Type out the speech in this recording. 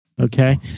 Okay